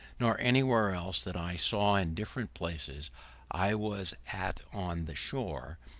nor any where else that i saw in different places i was at on the shore,